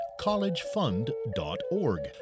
collegefund.org